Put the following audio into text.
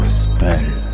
spell